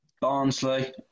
Barnsley